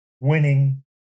winning